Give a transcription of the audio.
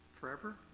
forever